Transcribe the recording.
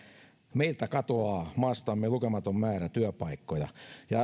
meiltä katoaa maastamme lukematon määrä työpaikkoja